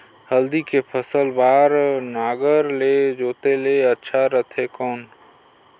हल्दी के फसल बार नागर ले जोते ले अच्छा रथे कौन?